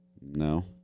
No